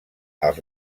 els